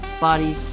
body